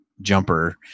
jumper